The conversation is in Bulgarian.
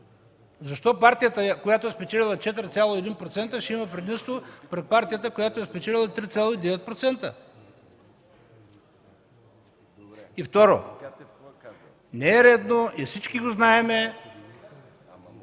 Защо партията, която е спечелила 4,1%, ще има предимство пред партията, която е спечелила 3,9%? Второ, не е редно и всички го знаем,